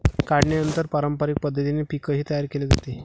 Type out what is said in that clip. काढणीनंतर पारंपरिक पद्धतीने पीकही तयार केले जाते